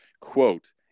quote